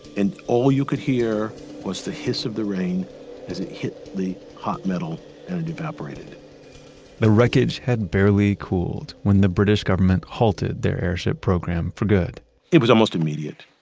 and all you could hear was the hiss of the rain as it hit the hot metal and it evaporated the wreckage had barely cooled when the british government halted their airship program for good it was almost immediate.